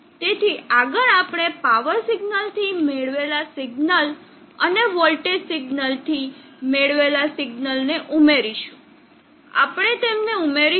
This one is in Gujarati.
તેથી આગળ આપણે પાવર સિગ્નલથી મેળવેલા સિગ્નલ અને વોલ્ટેજ સિગ્નલથી મેળવેલા સિગ્નલને ઉમેરીશું આપણે તેમને ઉમેરીશું